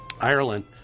Ireland